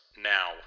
now